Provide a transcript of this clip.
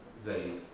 they